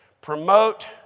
promote